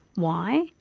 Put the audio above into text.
why?